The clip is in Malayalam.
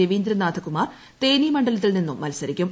രവീന്ദ്രനാഥ കുമാർ തേനി മണ്ഡലത്തിൽ നിന്നും മത്സരിക്കും